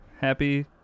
Happy